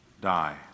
die